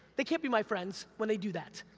they can't be my friends when they do that,